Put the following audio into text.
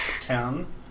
Ten